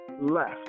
left